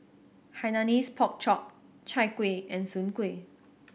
Hainanese Pork Chop Chai Kuih and Soon Kueh